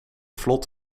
vlot